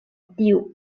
tiu